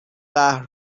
قهر